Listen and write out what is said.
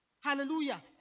Hallelujah